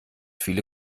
viele